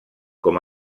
com